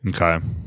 Okay